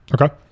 Okay